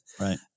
right